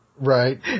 Right